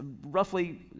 roughly